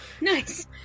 Nice